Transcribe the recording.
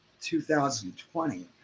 2020